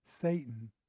Satan